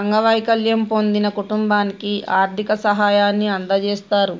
అంగవైకల్యం పొందిన కుటుంబానికి ఆర్థిక సాయాన్ని అందజేస్తారు